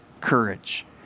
courage